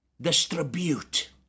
distribute